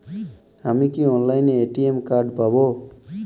আমি কি অনলাইনে এ.টি.এম কার্ড পাব?